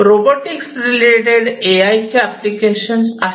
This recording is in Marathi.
रोबोटिक्स रिलेटेड ए आय चे एप्लीकेशन्स आहेत